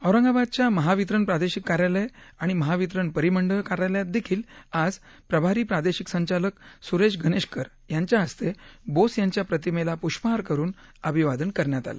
औरंगाबादच्या महावितरण प्रादेशिक कार्यालय आणि महावितरण परिमंडळ कार्यालयात देखील आज प्रभारी प्रादेशिक संचालक सुरेश गणेशकर यांच्या हस्ते बोस यांच्या प्रतिमेला पुष्पहार अर्पण करून अभिवादन करण्यात आलं